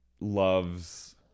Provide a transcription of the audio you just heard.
loves